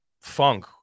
funk